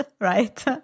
right